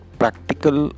practical